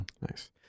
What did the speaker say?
Nice